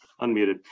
Unmuted